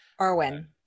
Arwen